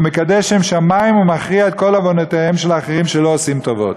הוא מקדש שם שמים ומכריע את כל עוונותיהם של אחרים שלא עושים טובות.